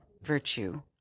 virtue